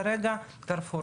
כרגע 'קרפור'.